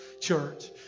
church